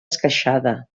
esqueixada